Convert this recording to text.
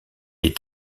est